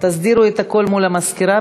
תסדירו את הכול עם המזכירה,